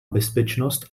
bezpečnost